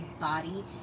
body